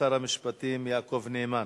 שר המשפטים יעקב נאמן.